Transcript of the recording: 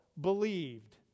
believed